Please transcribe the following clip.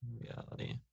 Reality